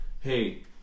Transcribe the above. Hey